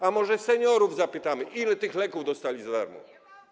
A może seniorów zapytamy, ile tych leków dostali za darmo.